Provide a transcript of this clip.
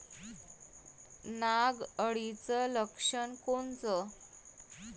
नाग अळीचं लक्षण कोनचं?